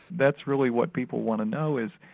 that's really what people want to know is,